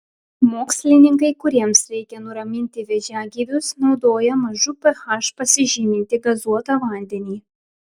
mokslininkai kuriems reikia nuraminti vėžiagyvius naudoja mažu ph pasižymintį gazuotą vandenį